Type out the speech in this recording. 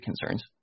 concerns